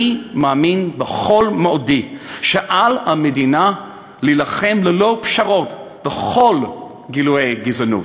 אני מאמין בכל מאודי שעל המדינה להילחם ללא פשרות בכל גילויי גזענות,